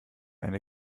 eine